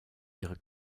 ihre